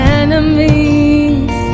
enemies